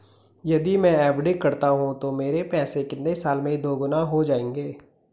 यदि मैं एफ.डी करता हूँ तो मेरे पैसे कितने साल में दोगुना हो जाएँगे?